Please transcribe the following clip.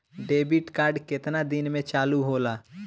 Debit card केतना दिन में चालु होला?